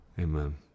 Amen